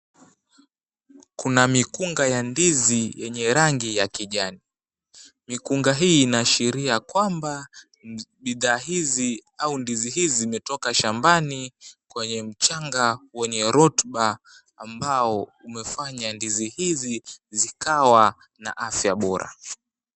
Kuna mikunga ya ndizi yenye rangi ya kijani, mikunga hii inaashiria kwamba bidhaa hizi au ndizi hizi zimetoka shambani kwenye mchanga wenye rotuba ambao umefanya ndizi hizi zikawa na afya Bora.